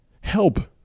Help